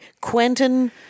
Quentin